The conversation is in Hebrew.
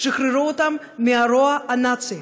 שחררו אותן מהרוע הנאצי.